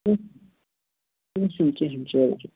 کیٚنٛہہ چھُنہٕ کینٛہہ چھُنہٕ چلو چلو